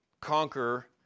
conquer